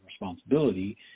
responsibility